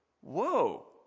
Whoa